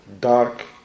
dark